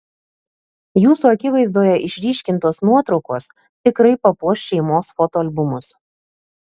jūsų akivaizdoje išryškintos nuotraukos tikrai papuoš šeimos fotoalbumus